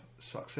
success